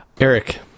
Eric